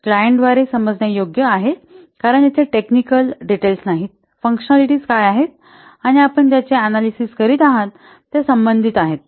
क्लायंटद्वारे समजण्या योग्य आहे कारण येथे टेक्निकल डिटेल्स नाही फंकशनॅलिटीज काय आहेत आणि आपण ज्याचे अनॅलिसिस करीत आहात त्या संबंधित आहेत